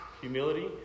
humility